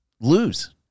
Lose